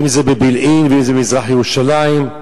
אם בבילעין ואם במזרח-ירושלים,